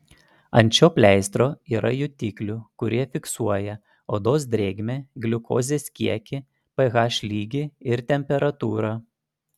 ant šio pleistro yra jutiklių kurie fiksuoja odos drėgmę gliukozės kiekį ph lygį ir temperatūrą